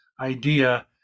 idea